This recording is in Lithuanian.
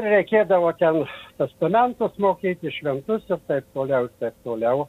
reikėdavo ten testamentus mokėti šventus ir taip toliau i taip toliau